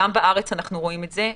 גם בארץ אנחנו רואים את זה.